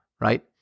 right